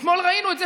אתמול ראינו את זה,